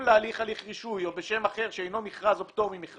להליך הליך רישוי או בשם אחר שאינו מכרז או פטור ממכרז,